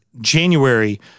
January